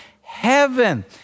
heaven